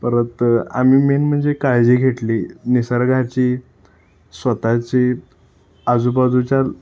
परत आम्ही मेन म्हणजे काळजी घेतली निसर्गाची स्वतःची आजूबाजूच्या